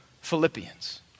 Philippians